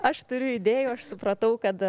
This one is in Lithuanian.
aš turiu idėjų aš supratau kad